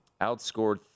outscored